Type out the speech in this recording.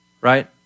right